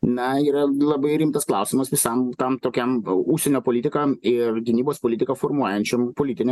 na yra labai rimtas klausimas visam tam tokiam užsienio politikam ir gynybos politiką formuojančiam politiniam